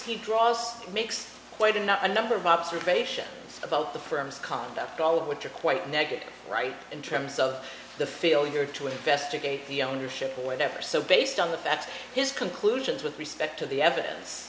he draws makes quite enough a number of observations about the firm's conduct all of which are quite negative right in terms of the feel you're to investigate the ownership or whatever so based on the facts his conclusions with respect to the evidence